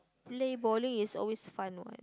play bowling is always fun what